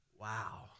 Wow